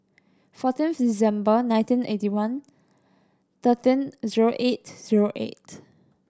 fourteen December nineteen eighty one thirteen zero eight zero eight